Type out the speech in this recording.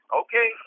okay